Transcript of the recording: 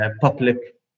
public